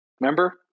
remember